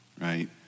right